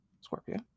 Scorpio